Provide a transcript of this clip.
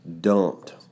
dumped